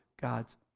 God's